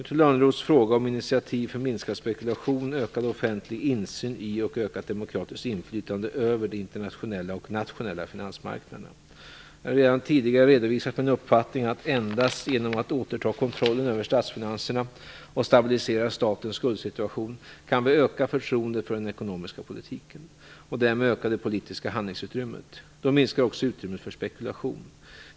Nu till Lönnroths fråga om initiativ för minskad spekulation, ökad offentlig insyn i och ökat demokratiskt inflytande över de internationella och nationella finansmarknaderna: Jag har redan tidigare redovisat min uppfattning att vi endast genom att återta kontrollen över statsfinanserna och stabilisera statens skuldsituation kan öka förtroendet för den ekonomiska politiken och därmed öka det politiska handlingsutrymmet. Då minskar också utrymmet för spekulation.